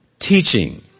teaching